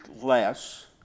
less